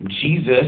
Jesus